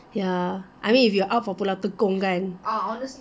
ya I mean if you're up for pulau tekong kan